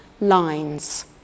lines